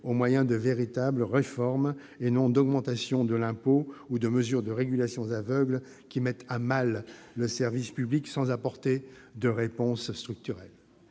au moyen de véritables réformes, et non d'augmentation de l'impôt ou de mesures de régulation aveugles qui mettent à mal le service public sans apporter de réponses structurelles.